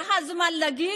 זה הזמן להגיד?